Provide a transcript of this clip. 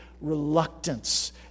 reluctance